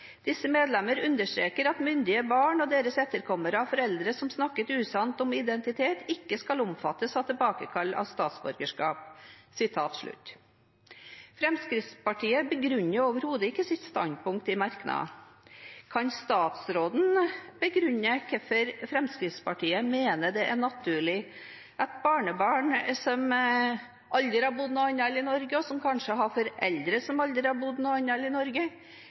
medlemmer understreker at myndige barn og deres etterkommere av foreldre som snakket usant om identitet, ikke skal omfattes av tilbakekall av statsborgerskap.» Fremskrittspartiet begrunner overhodet ikke sitt standpunkt i merknad. Kan statsråden begrunne hvorfor Fremskrittspartiet mener det er naturlig at barnebarn som aldri har bodd annet enn i Norge, og som kanskje har foreldre som aldri har bodd annet enn i Norge,